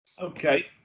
Okay